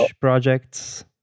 projects